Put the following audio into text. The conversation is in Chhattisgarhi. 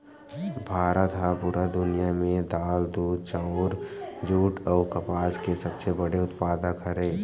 भारत हा पूरा दुनिया में दाल, दूध, चाउर, जुट अउ कपास के सबसे बड़े उत्पादक हरे